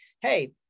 hey